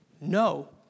No